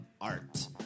art